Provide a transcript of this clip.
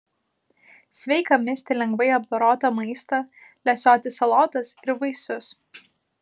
sveika misti lengvai apdorotą maistą lesioti salotas ir vaisius